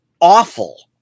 awful